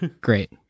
great